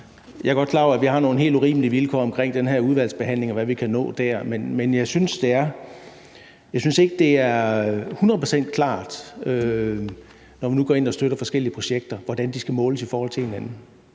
Jeg er godt klar over, at vi har nogle helt urimelige vilkår omkring den her udvalgsbehandling, og hvad vi kan nå der, men jeg synes ikke, det er 100 pct. klart, når man nu går ind og støtter forskellige projekter, hvordan de skal måles i forhold til hinanden.